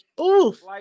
oof